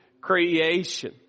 creation